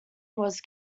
was